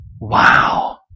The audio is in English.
wow